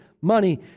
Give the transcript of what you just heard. money